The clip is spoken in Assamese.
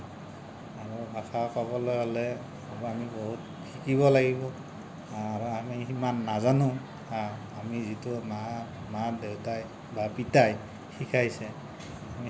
আৰু ভাষা ক'বলৈ হ'লে আমি বহুত শিকিব লাগিব আৰু আমি সিমান নাজানোও আমি যিটো মা মা দেউতাই বা পিতায়ে শিকাইছে আমি